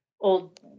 old